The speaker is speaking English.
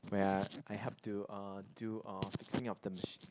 where I I help to uh do uh fixing of the machine